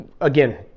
again